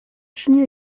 tinha